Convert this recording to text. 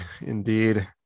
Indeed